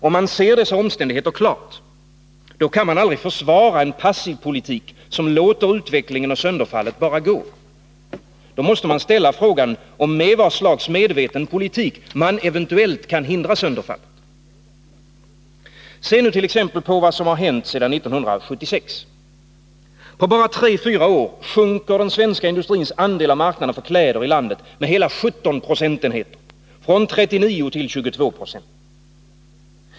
Om man ser dessa omständigheter klart — då kan man aldrig försvara en passiv politik, som låter utvecklingen och sönderfallet bara gå. Då måste man ställa frågan om med vad slags medveten politik man eventuellt kan hindra sönderfallet. Se t.ex. på vad som hänt sedan 1976! På bara tre fyra år sjunker den svenska industrins andel av marknaden för kläder i landet med hela 17 procentenheter, från 39 till 22 26.